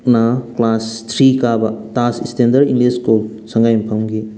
ꯅ class three ꯀꯥꯕ Taj standard English school ꯁꯉꯥꯏꯌꯨꯝꯐꯝꯒꯤ